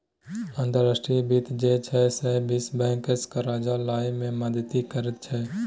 अंतर्राष्ट्रीय वित्त जे छै सैह विश्व बैंकसँ करजा लए मे मदति करैत छै